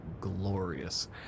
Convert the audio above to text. glorious